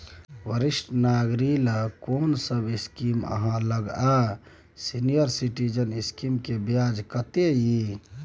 वरिष्ठ नागरिक ल कोन सब स्कीम इ आहाँ लग आ सीनियर सिटीजन स्कीम के ब्याज कत्ते इ?